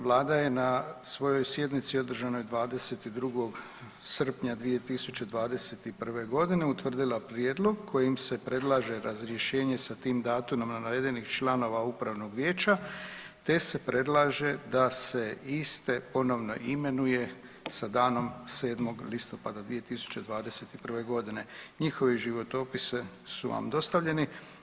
Vlada je na svojoj sjednici održanoj 22. srpnja 2021.g. utvrdila prijedlog kojim se predlaže razrješenje sa tim datumom navedenih članova upravnog vijeća te se predlaže da se iste ponovno imenuje sa danom 7. listopada 2021.g. Njihovi životopisi su vam dostavljeni.